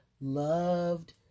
loved